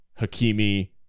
Hakimi